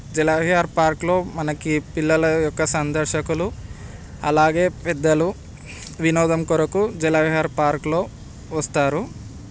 జల విహార్ పార్క్లో మనకి పిల్లల యొక్క సందర్శకులు అలాగే పెద్దలు వినోదం కొరకు జలవిహార్ పార్క్లో వస్తారు